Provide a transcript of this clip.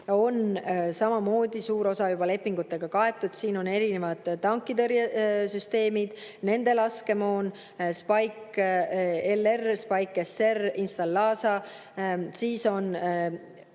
on samamoodi suur osa juba lepingutega kaetud. Siin on erinevad tankitõrjesüsteemid, nende laskemoon, Spike LR, Spike SR, Instalaza, siis on